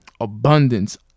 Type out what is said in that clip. abundance